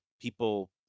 people